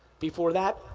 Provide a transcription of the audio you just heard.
before that,